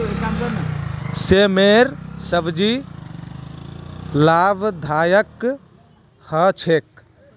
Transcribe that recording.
सेमेर सब्जी लाभदायक ह छेक